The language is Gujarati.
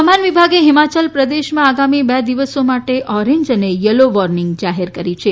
હવામાન વિભાગે હિમાચલ પ્રદેશમાં આગામી બે દિવસો માટે ઓરેન્જ અને યલો વોર્નિંગ જાહેર કરી છે